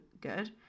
good